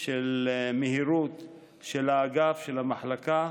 של מהירות של האגף, של המחלקה,